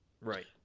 Right